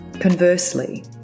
Conversely